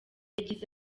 yagize